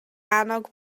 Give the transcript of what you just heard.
annog